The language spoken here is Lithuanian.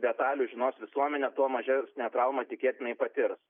detalių žinos visuomenė tuo mažesnė traumą tikėtinai patirs